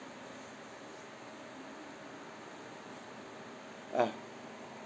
ah